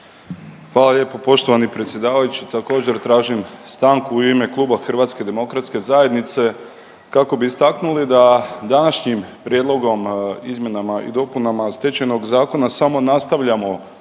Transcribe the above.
Hvala lijepo poštovani predsjedavajući. Također tražim stanku u ime kluba HDZ-a kako bi istaknuli da današnjim prijedlogom izmjenama i dopunama Stečajnog zakona samo nastavljamo i